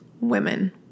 women